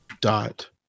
dot